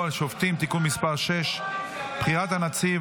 על שופטים (תיקון מס' 6) (בחירת הנציב),